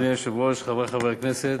אדוני היושב-ראש, חברי חברי הכנסת,